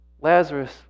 Lazarus